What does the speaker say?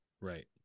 right